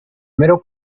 middle